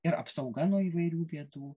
ir apsauga nuo įvairių bėdų